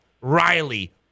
Riley